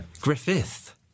Griffith